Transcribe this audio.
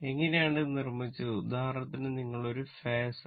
എങ്ങനെയാണ് ഇത് നിർമ്മിച്ചത് ഉദാഹരണത്തിന് നിങ്ങൾ ഒരു ഫാസർ